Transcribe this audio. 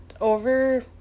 over